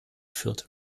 führt